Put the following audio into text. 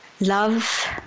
Love